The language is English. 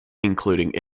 including